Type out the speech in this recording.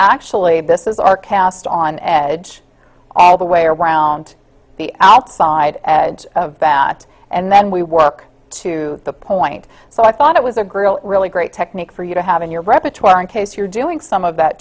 actually this is our cast on edge all the way around the outside of bat and then we work to the point so i thought it was a grill really great technique for you to have in your repertoire in case you're doing some of that